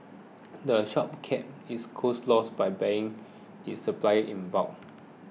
the shop keeps its costs low by buying its supplies in bulk